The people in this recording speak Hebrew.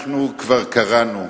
אנחנו כבר קראנו: